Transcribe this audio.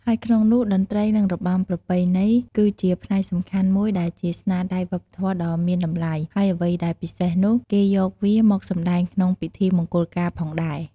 ហើយក្នុងនោះតន្រ្តីនិងរបាំប្រពៃណីគឺជាផ្នែកសំខាន់មួយដែលជាស្នាដៃវប្បធម៌ដ៏មានតម្លៃ ហើយអ្វីដែលពិសេសនោះ គេយកវាមកសម្តែងក្នុងពិធីមង្គលការផងដែរ។